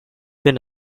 been